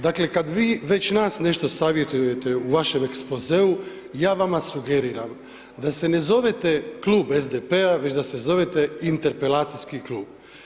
Dakle, kad vi već nas nešto savjetujete u vašem ekspozeu ja vama sugeriram da se ne zovete Klub SDP-a već da se zovete interpelacijski klub.